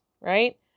right